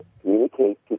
communicate